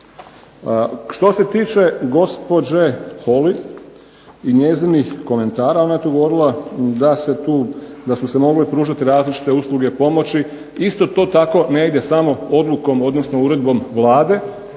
Što se tiče gospođe Holy, i njezinih komentara. Ona je tu govorila da su se mogle pružiti različite usluge pomoći. Isto to tako ne ide samo odlukom, odnosno uredbom Vlade.